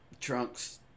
Trunks